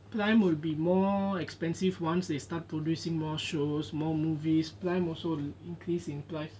no but prime prime will be more expensive once they start to release more shows more movies prime also will increase in price